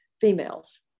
females